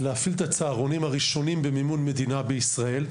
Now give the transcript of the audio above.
להפעיל את הצהרונים הראשונים במדינת ישראל,